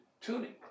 tuning